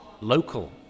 local